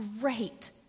great